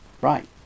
right